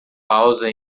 pausa